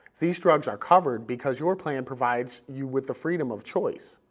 these drugs are covered because your plan provides you with the freedom of choice,